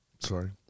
Sorry